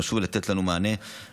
חשוב לנו לתת מענה ולטפל.